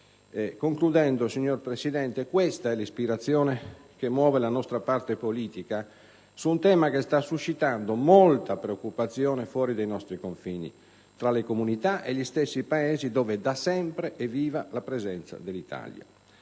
Concludendo, signor Presidente, questa è l'ispirazione che muove la nostra parte politica su un tema che sta suscitando molta preoccupazione fuori dai nostri confini, fra le comunità e gli stessi Paesi dove da sempre è viva la presenza dell'Italia.